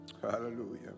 Hallelujah